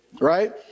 Right